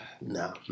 no